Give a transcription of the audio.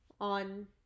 on